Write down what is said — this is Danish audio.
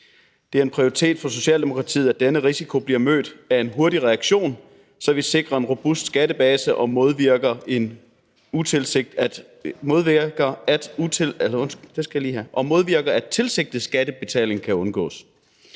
Det er en prioritet for Socialdemokratiet, at denne risiko bliver mødt af en hurtig reaktion, så vi sikrer en robust skattebase og modvirker, at man kan undgå